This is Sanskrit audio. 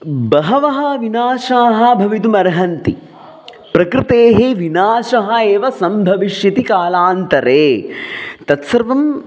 बहवः विनाशाः भवितुमर्हन्ति प्रकृतेः विनाशः एव सम्भविष्यति कालान्तरे तत्सर्वम्